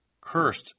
Cursed